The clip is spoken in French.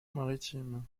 maritime